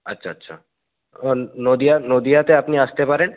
আচ্ছা আচ্ছা ও নদিয়া নদিয়াতে আপনি আসতে পারেন